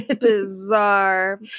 Bizarre